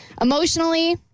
Emotionally